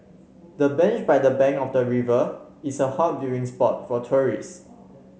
the bench by the bank of the river is a hot viewing spot for tourist